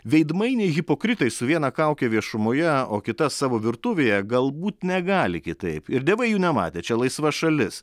veidmainiai hipokritai su viena kauke viešumoje o kita savo virtuvėje galbūt negali kitaip ir dievai jų nematė čia laisva šalis